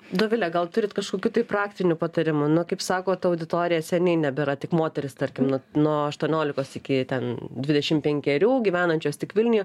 dovile gal turit kažkokių tai praktinių patarimų kaip sako ta auditorija seniai nebėra tik moterys tarkim nuo nuo aštuoniolikos iki ten dvidešim penkerių gyvenančios tik vilniuje